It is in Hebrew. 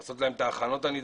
לעשות להם את ההכנות הנדרשות.